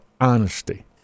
honesty